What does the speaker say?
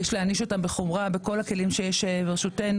יש להעניש אותם בחומרה בכל הכלים שיש לרשותנו.